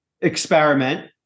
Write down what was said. experiment